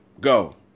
go